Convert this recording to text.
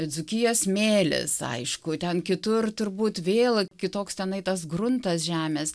dzūkijos smėlis aišku ten kitur turbūt vėl kitoks tenais tas gruntas žemės